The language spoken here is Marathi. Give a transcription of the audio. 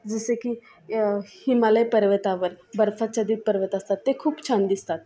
जसं की हिमालय पर्वतावर बर्फाच्छादित पर्वत असतात ते खूप छान दिसतात